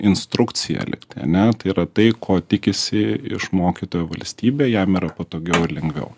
instrukcija lygtai ane tai yra tai ko tikisi iš mokytojo valstybė jam yra patogiau ir lengviau